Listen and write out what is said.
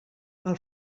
pel